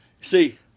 See